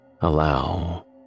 allow